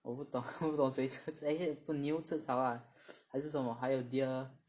我不懂不懂谁吃 actually 牛吃草 lah 还是什么还有 deer